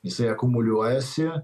jisai akumuliuojasi